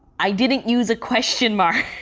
i didn't use a question mark.